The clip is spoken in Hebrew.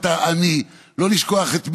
לא לשכוח את העני,